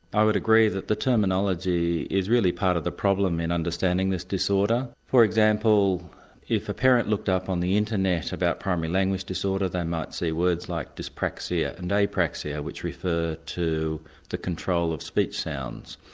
i would agree that the terminology is really part of the problem in understanding this disorder. for example if a parent looked up on the internet about primary language disorder they might see words like dyspraxia and apraxia which refer to the control of speech sounds.